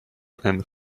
and